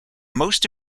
most